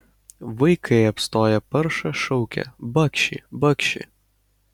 vaikai apstoję paršą šaukia bakši bakši